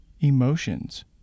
emotions